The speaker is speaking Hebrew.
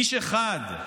איש אחד,